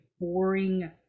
boring